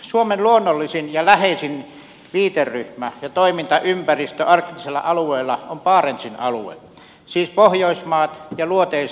suomen luonnollisin ja läheisin viiteryhmä ja toimintaympäristö arktisella alueella on barentsin alue siis pohjoismaat ja luoteis venäjä